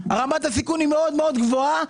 רמת הסיכון מאוד מאוד גבוהה,